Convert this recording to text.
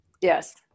yes